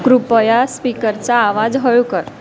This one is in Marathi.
कृपया स्पीकरचा आवाज हळू कर